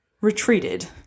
retreated